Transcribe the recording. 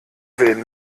will